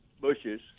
bushes